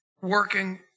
working